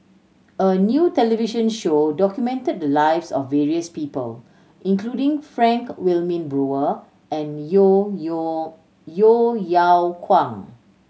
a new television show documented the lives of various people including Frank Wilmin Brewer and Yeo Yo Yeo Yeow Kwang